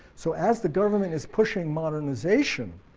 so as the government is pushing modernization,